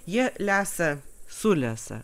jie lesa sulesa